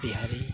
बिहारि